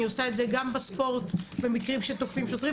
אני עושה את זה גם בספורט במקרים שתוקפים שוטרים